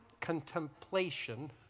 contemplation